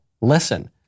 listen